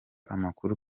amakuru